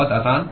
बहुत आसान